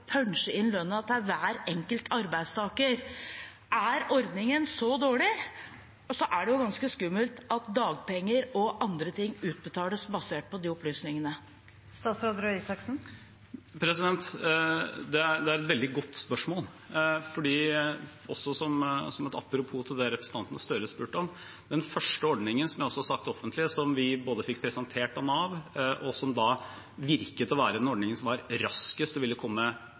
inn lønnen til hver enkelt arbeidstaker? Er ordningen så dårlig? Og så er det jo ganske skummelt at dagpenger og andre ting utbetales basert på de opplysningene. Det er et veldig godt spørsmål. For – også som et apropos til det representanten Gahr Støre spurte om – den første ordningen, som jeg også har sagt offentlig, som vi både fikk presentert av Nav, og som virket å være en ordning som var raskest, som ville komme